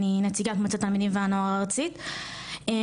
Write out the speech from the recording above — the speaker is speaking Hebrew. אני נציגת מועצת התלמידים והנוער הארצית ואני